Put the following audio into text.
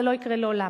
זה לא יקרה לעולם.